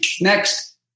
next